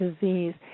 disease